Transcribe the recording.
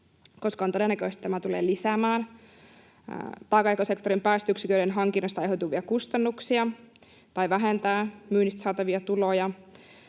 koska on todennäköistä, että tämä tulee lisäämään taakanjakosektorin päästöyksiköiden hankinnasta aiheutuvia kustannuksia tai vähentämään myynnistä saatavia tuloja.